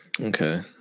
Okay